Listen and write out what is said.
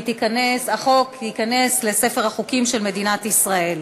והחוק ייכנס לספר החוקים של מדינת ישראל.